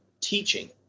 teaching